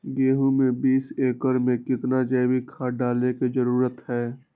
गेंहू में बीस एकर में कितना जैविक खाद डाले के जरूरत है?